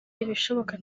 ibishoboka